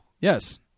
Yes